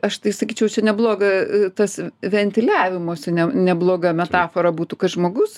aš tai sakyčiau čia nebloga tas ventiliavimosi ne nebloga metafora būtų kad žmogus